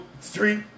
street